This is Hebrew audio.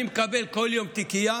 אני מקבל כל יום תיקייה,